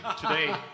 today